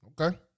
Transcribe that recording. Okay